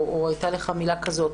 או הייתה לך מילה כזו,